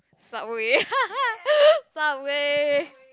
subway subway